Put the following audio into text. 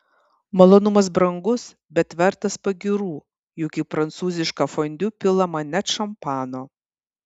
malonumas brangus bet vertas pagyrų juk į prancūzišką fondiu pilama net šampano